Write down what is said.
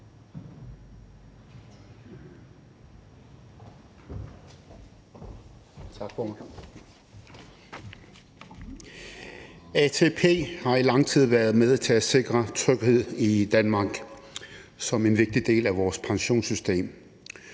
ATP har i lang tid været med til at sikre tryghed i Danmark som en vigtig del af vores pensionssystem.